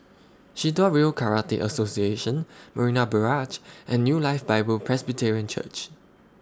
Shitoryu Karate Association Marina Barrage and New Life Bible Presbyterian Church